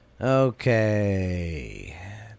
Okay